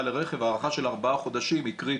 לרכב הארכה של ארבעה חודשים היא קריטית.